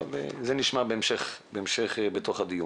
אבל את זה נשמע בהמשך הדיון.